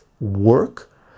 work